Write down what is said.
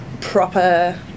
proper